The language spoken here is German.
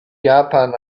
japan